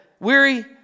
weary